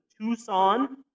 Tucson